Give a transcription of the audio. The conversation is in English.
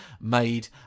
made